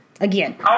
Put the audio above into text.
again